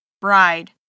Bride